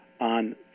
on